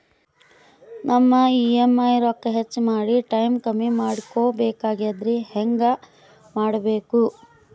ನಮ್ಮ ಇ.ಎಂ.ಐ ರೊಕ್ಕ ಹೆಚ್ಚ ಮಾಡಿ ಟೈಮ್ ಕಮ್ಮಿ ಮಾಡಿಕೊ ಬೆಕಾಗ್ಯದ್ರಿ ಹೆಂಗ ಮಾಡಬೇಕು?